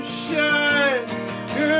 shine